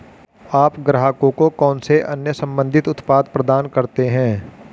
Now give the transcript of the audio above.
आप ग्राहकों को कौन से अन्य संबंधित उत्पाद प्रदान करते हैं?